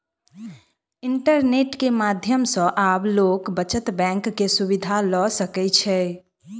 internet के माध्यम सॅ आब लोक बचत बैंक के सुविधा ल सकै छै